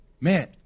Man